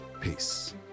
Peace